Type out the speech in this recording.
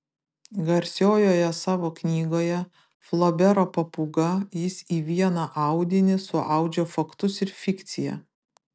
garsiojoje savo knygoje flobero papūga jis į vieną audinį suaudžia faktus ir fikciją